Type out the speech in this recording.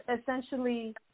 essentially